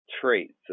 traits